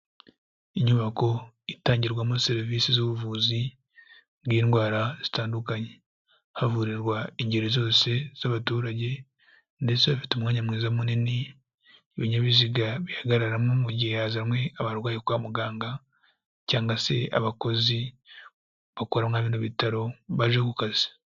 Inyubako itangirwamo serivisi z'ubuvuzi bw'indwara zitandukanye, havurirwa ingeri zose z'abaturage ndetse bafite umwanya mwiza munini ibinyabiziga bihagararamo mu gihe hazanywe abarwayi kwa muganga cyangwa se abakozi bakora mwa bino bitaro baje ku kazi.